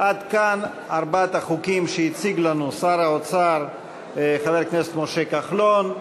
עד כאן ארבעת החוקים שהציג לנו שר האוצר חבר הכנסת משה כחלון,